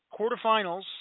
quarterfinals